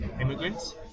immigrants